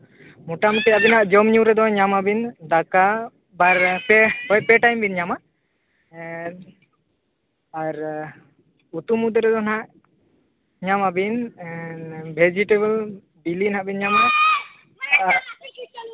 ᱢᱳᱴᱟᱢᱩᱴᱤ ᱟᱹᱵᱤᱱᱟᱜ ᱡᱚᱢᱼᱧᱩ ᱨᱮᱫᱚ ᱧᱟᱢᱟᱵᱤᱱ ᱫᱟᱠᱟ ᱵᱟᱨ ᱦᱳᱭ ᱯᱮ ᱴᱟᱭᱤᱢ ᱵᱮᱱ ᱧᱟᱢᱟ ᱟᱨ ᱩᱛᱩ ᱢᱚᱫᱽᱫᱷᱮ ᱨᱮᱫᱚ ᱦᱟᱸᱜ ᱧᱟᱢᱟᱵᱤᱱ ᱵᱷᱮᱡᱤᱴᱮᱵᱮᱞ ᱵᱤᱞᱤ ᱦᱟᱸᱜ ᱵᱤᱱ ᱧᱟᱢᱟ ᱟᱨ